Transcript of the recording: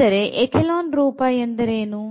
ಆದರೆ echelon ರೂಪ ಎಂದರೇನು